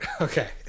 Okay